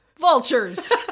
Vultures